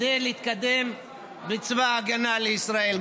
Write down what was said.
כדי להתקדם בצבא ההגנה לישראל.